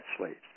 slaves